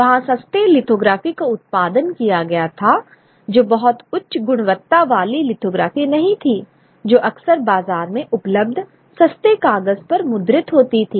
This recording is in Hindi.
वहाँ सस्ते लिथोग्राफी का उत्पादन किया गया था जो बहुत उच्च गुणवत्ता वाली लिथोग्राफी नहीं थी जो अक्सर बाजार में उपलब्ध सस्ते कागज पर मुद्रित होती थी